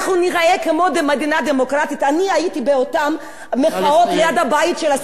אני הייתי באותן מחאות ליד הבית של השר ארדן לפני כמה ימים.